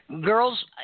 Girls